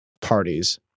parties